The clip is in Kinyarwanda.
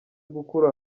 gukura